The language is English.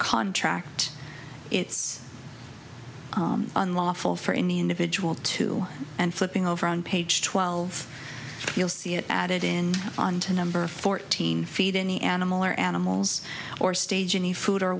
contract it's unlawful for any individual to and flipping over on page twelve you'll see it added in on to number fourteen feet any animal or animals or stage any food or